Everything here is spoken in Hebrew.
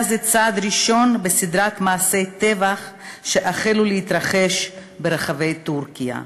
היה זה צעד ראשון בסדרה של מעשי טבח שהחלו להתרחש ברחבי טורקיה.